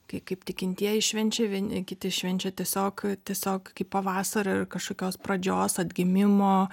kai kaip tikintieji švenčia vieni kiti švenčia tiesiog tiesiog kaip pavasario ir kažkokios pradžios atgimimo